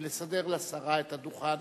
נסדר לשרה את הדוכן.